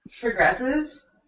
progresses